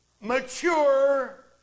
mature